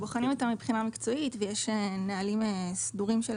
בוחנים אותן מבחינה מקצועית ויש נהלים סדורים של